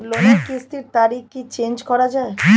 লোনের কিস্তির তারিখ কি চেঞ্জ করা যায়?